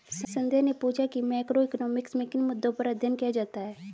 संध्या ने पूछा कि मैक्रोइकॉनॉमिक्स में किन मुद्दों पर अध्ययन किया जाता है